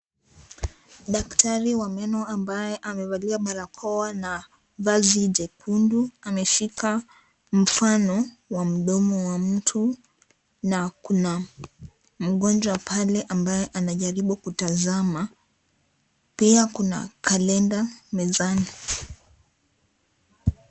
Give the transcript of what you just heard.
Daktari wa meno ambaye amevalia barakoa na vazi jekundu ameshika mfano wa mdomo wa mtu, na kuna mgonjwa pale ambaye anajaribu kutazama. Pia kuna kalenda mezani.